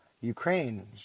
Ukraine